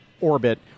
orbit